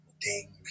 ding